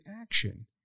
action